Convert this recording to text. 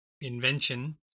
invention